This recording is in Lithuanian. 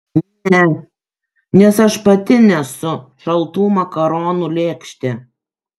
ne nes aš pati nesu šaltų makaronų lėkštė